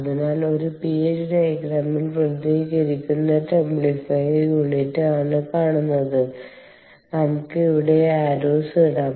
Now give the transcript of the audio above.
അതിനാൽ ഒരു PH ഡയഗ്രാമിൽ പ്രതിനിധീകരിക്കുന്ന ടെംപ്ലിഫയർ യൂണിറ്റ് ആണ് കാണുന്നത് നമുക്ക് ഇവിടെ ആര്രൌസ് ഇടാം